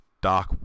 Dark